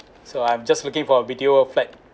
so I'm just looking for a B_T_O flat